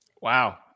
wow